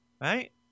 Right